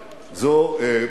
וד"לים.